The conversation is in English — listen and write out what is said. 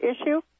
issue